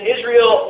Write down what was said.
Israel